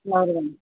flower വേണം